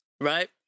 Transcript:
right